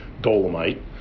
dolomite